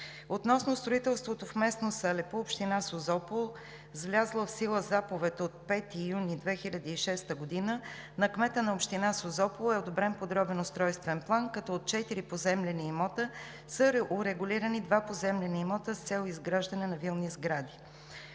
Относно строителството в местност Алепу, община Созопол – с влязла в сила Заповед от 5 юни 2006 г. на кмета на община Созопол, е одобрен Подробен устройствен план, като от четири поземлени имота са урегулирани два поземлени имота с цел изграждане на вилни сгради.